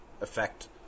effect